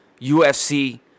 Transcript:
UFC